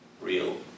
real